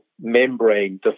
membrane